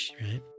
Right